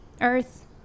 earth